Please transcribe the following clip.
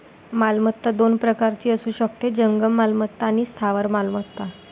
मालमत्ता दोन प्रकारची असू शकते, जंगम मालमत्ता आणि स्थावर मालमत्ता